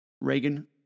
Reagan